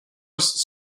was